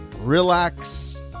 relax